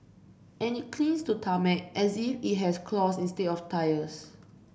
and it clings to tarmac as if it has claws instead of tyres